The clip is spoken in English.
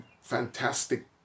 fantastic